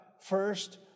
first